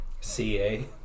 CA